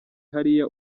hariya